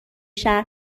شهر